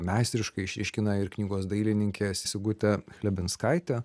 meistriškai išryškina ir knygos dailininkė sigutė chlebinskaitė